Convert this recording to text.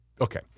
okay